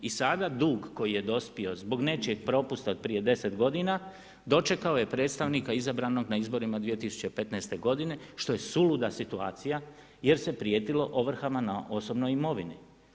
I sada dug koji je dospio zbog nečijeg propusta od prije 10 godina, dočekalo je predstavnika izabranog na izborima 2015. godine što je suluda situacija jer se prijetilo ovrhama na osobnoj imovini.